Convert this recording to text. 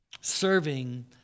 Serving